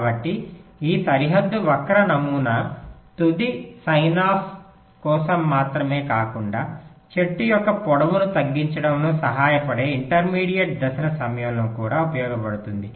కాబట్టి ఈ సరిహద్దు వక్ర నమూనా తుది సైన్ఆఫ్ కోసం మాత్రమే కాకుండా చెట్టు యొక్క పొడవును తగ్గించడంలో సహాయపడే ఇంటర్మీడియట్ దశల సమయంలో కూడా ఉపయోగపడుతుంది